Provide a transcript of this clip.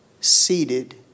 seated